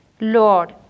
Lord